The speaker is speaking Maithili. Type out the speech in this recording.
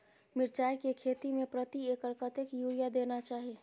मिर्चाय के खेती में प्रति एकर कतेक यूरिया देना चाही?